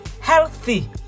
healthy